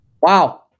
Wow